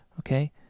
okay